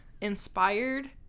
inspired